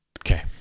okay